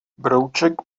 brouček